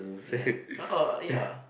ya oh ya